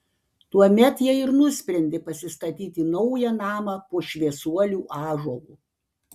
tuomet jie ir nusprendė pasistatyti naują namą po šviesuolių ąžuolu